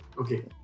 okay